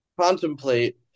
contemplate